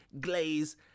glaze